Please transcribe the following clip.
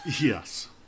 Yes